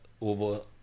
over